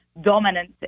dominance